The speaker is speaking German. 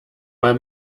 mal